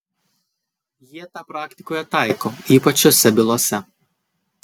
jie tą praktikoje taiko ypač šiose bylose